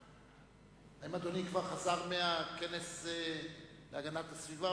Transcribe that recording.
האם אדוני כבר חזר מהכנס להגנת הסביבה,